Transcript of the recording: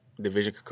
division